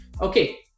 Okay